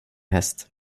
häst